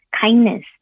kindness